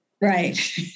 Right